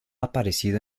aparecido